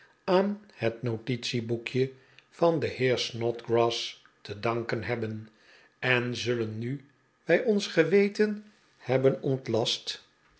aan het notitieboekje van den heer snodgrass te danken hebben en zullen nu wij ons geweten hebben ontlast